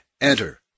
enter